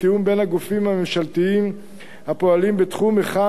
בין הגופים הממשלתיים הפועלים בתחום מחד גיסא,